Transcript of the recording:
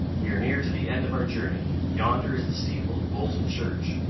we are near to the end of our journey yonder is the steeple of bolton church.